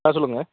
ஆ சொல்லுங்கள்